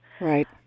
Right